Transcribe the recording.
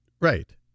Right